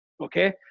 Okay